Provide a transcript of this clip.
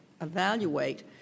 evaluate